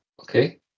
Okay